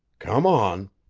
come on!